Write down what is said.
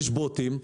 יש בוטים.